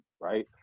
Right